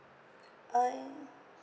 uh in